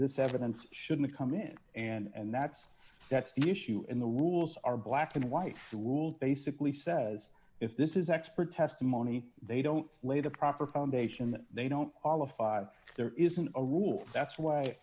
this evidence shouldn't come in and that's that's the issue and the rules are black and white rule basically says if this is expert testimony they don't lay the proper foundation they don't qualify there isn't a rule that's why